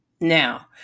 Now